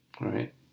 Right